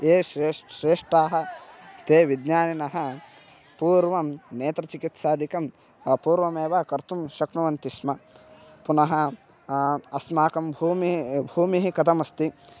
ये श्रेश् श्रेष्ठाः ते विज्ञानिनः पूर्वं नेत्रचिकित्सादिकं पूर्वमेव कर्तुं शक्नुवन्ति स्म पुनः अस्माकं भूमिः भूमिः कथमस्ति